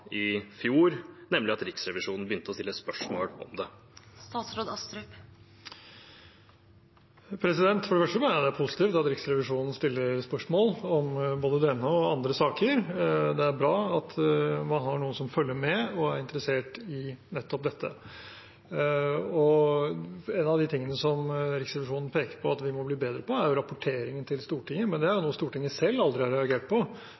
i fjor, kanskje er at Riksrevisjonen begynte å stille spørsmål om det? For det første mener jeg det er positivt at Riksrevisjonen stiller spørsmål om både denne og andre saker. Det er bra at man har noen som følger med og er interessert i nettopp dette. En av tingene som Riksrevisjonen peker på at vi må bli bedre på, er rapporteringen til Stortinget, men det er jo noe Stortinget selv aldri har reagert på.